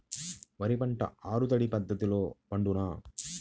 వరి పంట ఆరు తడి పద్ధతిలో పండునా?